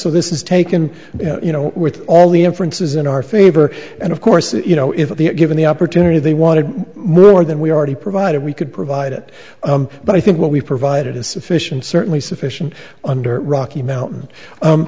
so this is taken you know with all the inferences in our favor and of course you know if given the opportunity they wanted more than we already provided we could provide it but i think what we've provided is sufficient certainly sufficient under rocky mountain